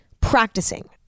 practicing